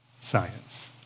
Science